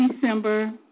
December